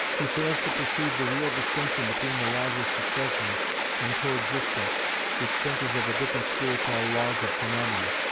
he fails to perceive the real distinction between the laws of succession and coexistence which thinkers of a different school call laws of phaenomena,